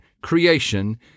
creation